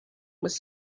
was